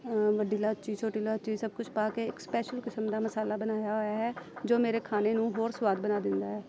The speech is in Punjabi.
ਵੱਡੀ ਇਲਾਇਚੀ ਛੋਟੀ ਇਲਾਇਚੀ ਸਭ ਕੁਛ ਪਾ ਕੇ ਇੱਕ ਸਪੈਸ਼ਲ ਕਿਸਮ ਦਾ ਮਸਾਲਾ ਬਣਾਇਆ ਹੋਇਆ ਹੈ ਜੋ ਮੇਰੇ ਖਾਣੇ ਨੂੰ ਹੋਰ ਸਵਾਦ ਬਣਾ ਦਿੰਦਾ ਹੈ